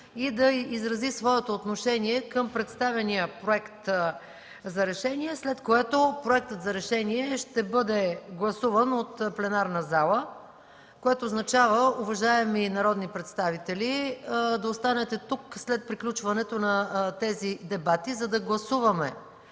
и да изрази своето отношение към представения Проект за решение, след което Проектът за решение ще бъде гласуван от пленарната зала, което означава, уважаеми народни представители, да останете тук след приключването на тези дебати, за да гласуваме